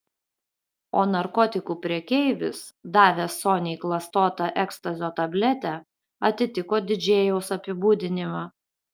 o narkotikų prekeivis davęs soniai klastotą ekstazio tabletę atitiko didžėjaus apibūdinimą